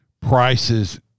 prices